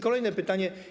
Kolejne pytanie.